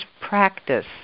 practice